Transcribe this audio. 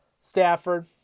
Stafford